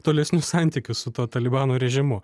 tolesnius santykius su tuo talibano režimu